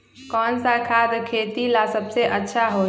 कौन सा खाद खेती ला सबसे अच्छा होई?